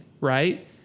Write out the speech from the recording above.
right